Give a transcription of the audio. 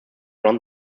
run